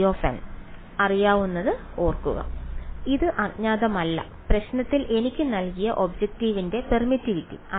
χn അറിയാമെന്ന് ഓർക്കുക അത് അജ്ഞാതമല്ല പ്രശ്നത്തിൽ എനിക്ക് നൽകിയത് ഒബ്ജക്റ്റിന്റെ പെർമിറ്റിവിറ്റി